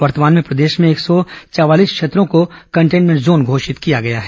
वर्तमान में प्रदेश में एक सौ चवालीस क्षेत्रों को कंटेन्मेंट जोन घोषित किया गया है